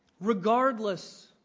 Regardless